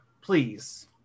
Please